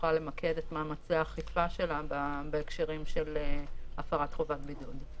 תוכל למקד את מאמצי האכיפה שלה בהקשרים של הפרת חובת בידוד.